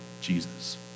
Jesus